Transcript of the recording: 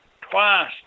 twice